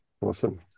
Awesome